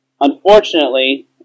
Unfortunately